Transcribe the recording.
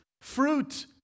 fruit